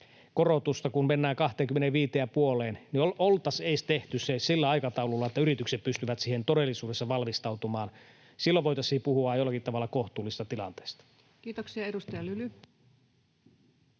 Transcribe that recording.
ja puoleen. Oltaisiin edes tehty se sillä aikataululla, että yritykset pystyvät siihen todellisuudessa valmistautumaan. Silloin voitaisiin puhua jollakin tavalla kohtuullisesta tilanteesta. [Speech 222]